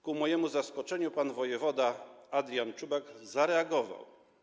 Ku mojemu zaskoczeniu pan wojewoda Adrian Czubak zareagował.